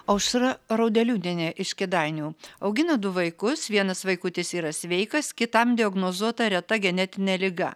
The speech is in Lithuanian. aušra raudeliūnienė iš kėdainių augina du vaikus vienas vaikutis yra sveikas kitam diagnozuota reta genetinė liga